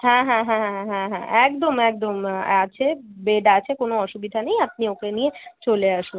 হ্যাঁ হ্যাঁ হ্যাঁ হ্যাঁ হ্যাঁ হ্যাঁ হ্যাঁ একদম একদম আছে বেড আছে কোনো অসুবিধা নেই আপনি ওকে নিয়ে চলে আসুন